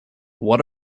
what